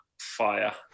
fire